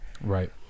Right